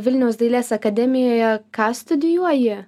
vilniaus dailės akademijoje ką studijuoji